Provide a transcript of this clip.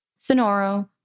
Sonoro